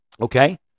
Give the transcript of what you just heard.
okay